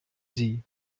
sie